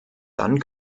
dann